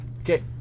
Okay